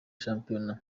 shampiyona